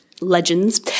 legends